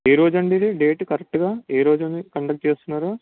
ఏ రోజు అండి ఇది డేట్ కరెక్ట్గా ఏ రోజు అండి కండక్ట్ చేస్తున్నారు